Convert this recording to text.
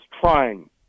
trying